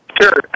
Sure